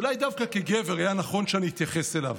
אולי דווקא כגבר, היה נכון שאני אתייחס אליו.